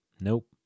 Nope